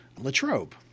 Latrobe